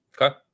Okay